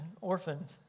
orphans